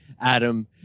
Adam